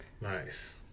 Nice